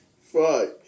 Fuck